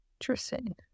Interesting